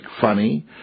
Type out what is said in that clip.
funny